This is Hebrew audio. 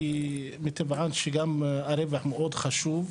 שמטבען שגם הרווח מאוד חשוב,